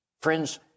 Friends